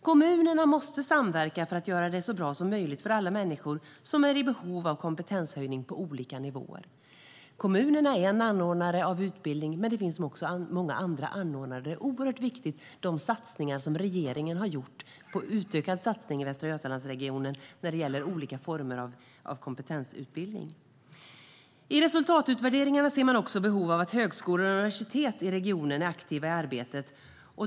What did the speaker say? Kommunerna måste samverka för att göra det så bra som möjligt för alla människor som är i behov av kompetenshöjning på olika nivåer. Kommunerna är en anordnare av utbildning, men det finns också många andra anordnare. Det är oerhört viktigt med de satsningar som regeringen har gjort och de utökade satsningarna i Västra Götalandsregionen när det gäller olika former av kompetensutbildning. I resultatutvärderingarna ser man också behov av att högskolor och universitet i regionen är aktiva i arbetet.